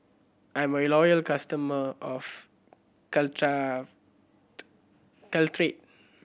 I'm a loyal customer of Caltrate